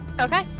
Okay